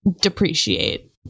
depreciate